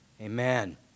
Amen